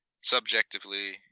Subjectively